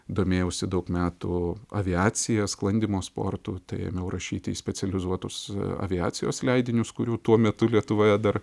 domėjausi daug metų aviacija sklandymo sportu tai ėmiau rašyti į specializuotus aviacijos leidinius kurių tuo metu lietuvoje dar